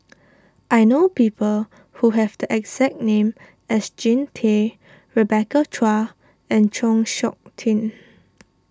I know people who have the exact name as Jean Tay Rebecca Chua and Chng Seok Tin